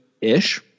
ish